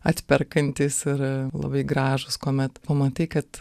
atperkantys ir labai gražūs kuomet pamatai kad